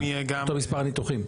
אותו מספר ניתוחים.